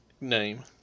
name